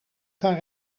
kan